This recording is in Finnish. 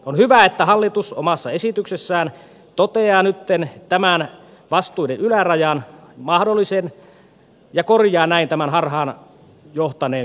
on hyvä että hallitus omassa esityksessään toteaa nytten tämän vastuiden ylärajan mahdollisen nousun ja korjaa näin tämän harhaan johtaneen käsityksen